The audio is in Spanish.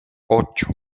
ocho